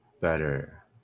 better